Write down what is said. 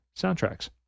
soundtracks